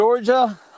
Georgia